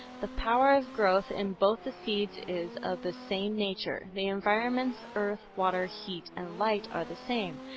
the power of growth in both the seeds is of the same nature. the environments, earth, water, heat and light are the same.